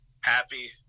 happy